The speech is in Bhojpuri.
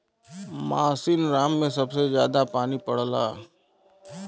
मासिनराम में सबसे जादा पानी पड़ला